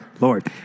Lord